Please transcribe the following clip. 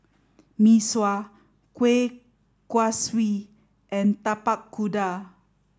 Mee Sua Kueh Kaswi and Tapak Kuda